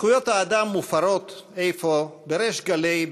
זכויות האדם מופרות אפוא בריש גלי,